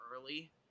early